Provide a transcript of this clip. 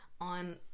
on